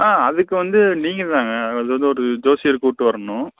ஆ அதுக்கு வந்து நீங்கள்தாங்க அது வந்து ஒரு ஜோசியர் கூப்பிட்டு வரணும்